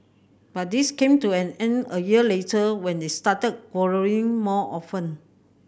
but this came to an end a year later when they started quarrelling more often